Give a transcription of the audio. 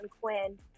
Quinn